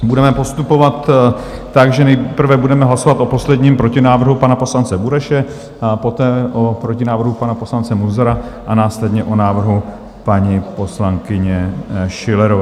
Budeme postupovat tak, že nejprve budeme hlasovat o posledním protinávrhu pana poslance Bureše, poté o protinávrhu pana poslance Munzara a následně o návrhu paní poslankyně Schillerové.